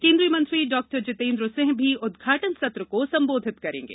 केन्द्री य मंत्री डॉक्टर जितेन्द्रं सिंह भी उदघाटन सत्र को सम्बोधित करेंगे